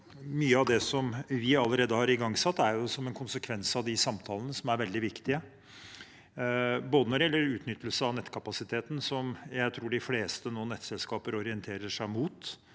Mye av det vi allerede har igangsatt, er en konsekvens av de samtalene, som er veldig viktige når det gjelder utnyttelse av nettkapasiteten, noe jeg tror de fleste nettselskaper nå orienterer seg mot.